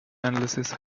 analysis